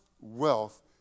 wealth